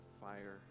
fire